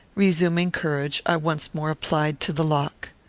resuming courage, i once more applied to the lock.